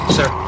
Sir